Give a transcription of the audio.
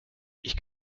ich